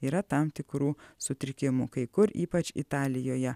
yra tam tikrų sutrikimų kai kur ypač italijoje